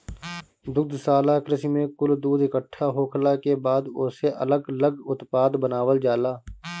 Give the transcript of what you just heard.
दुग्धशाला कृषि में कुल दूध इकट्ठा होखला के बाद ओसे अलग लग उत्पाद बनावल जाला